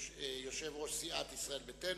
יושב-ראש סיעת ישראל ביתנו,